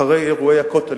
אחרי אירועי הכותל,